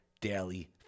daily